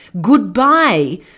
goodbye